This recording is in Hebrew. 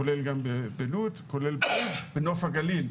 כולל גם בלוד, כולל בנוף הגליל.